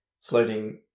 floating